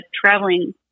traveling